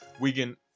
Wigan